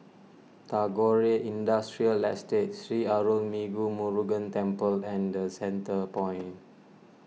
Tagore Industrial Estate Sri Arulmigu Murugan Temple and the Centrepoint